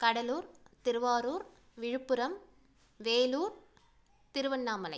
Cuddalore Thiruvarur Villupuram Vellore Tiruvannamalai